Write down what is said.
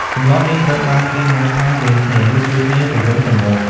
ទម្លាប់នេះត្រូវបានគេហៅថា វេនគ្នា ឬ ជួយគ្នាទៅវិញទៅមក។